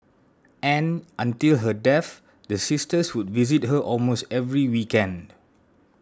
and until her death the sisters would visit her almost every weekend